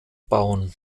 bauen